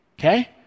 Okay